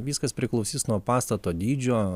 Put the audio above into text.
viskas priklausys nuo pastato dydžio